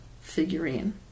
figurine